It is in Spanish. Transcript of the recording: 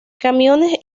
camiones